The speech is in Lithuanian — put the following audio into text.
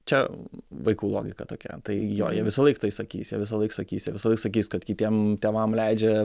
čia vaikų logika tokia tai jo jie visą laik tai sakys visąlaik sakys jie visąlaik sakys kad kitiem tėvam leidžia